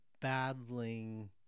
battling